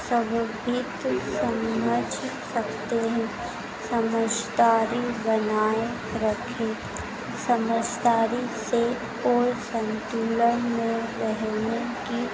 सम्बन्धित समझ सकते हैं समझदारी बनाए रखें समझदारी से और संतुलन में रहने की